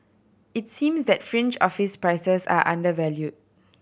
it seems that fringe office prices are undervalued